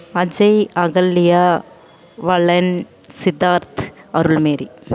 Ajay Ahalya Valan Siddharth Arulmary